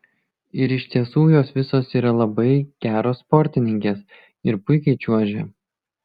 ir iš tiesų jos visos yra labai geros sportininkės ir puikiai čiuožė